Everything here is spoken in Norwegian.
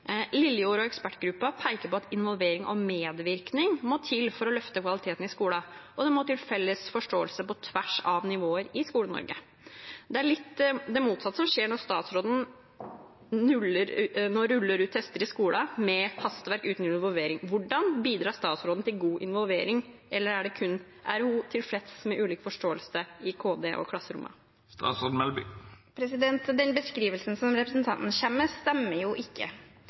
og ekspertgruppen peker på at involvering og medvirkning må til for å løfte kvaliteten i skolen, i tillegg til felles forståelse på tvers av nivåer i Skole-Norge. Det er litt det motsatte som skjer når statsråden med hastverk ruller ut tester i skolen uten involvering. Hvordan bidrar statsråden til god involvering? Er hun tilfreds med ulik forståelse i KD og klasserommet? Den beskrivelsen som representanten kommer med, stemmer ikke.